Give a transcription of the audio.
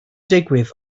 digwydd